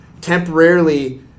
temporarily